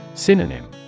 Synonym